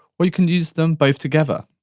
or you can use them both together.